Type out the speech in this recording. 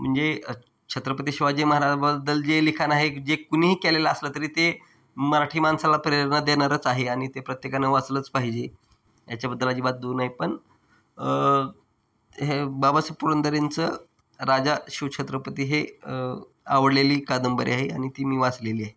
म्हणजे छत्रपती शिवाजी महाराजाबद्दल जे लिखाण आहे जे कुणीही केलेलं असलं तरी ते मराठी माणसाला प्रेरणा देणारच आहे आणि ते प्रत्येकानं वाचलंच पाहिजे याच्याबद्दल अजिबात दू नाही पण हे बाबासाहेब पुरंदरेंचं राजा शिवछत्रपती हे आवडलेली कादंबरी आहे आणि ती मी वाचलेली आहे